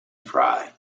fry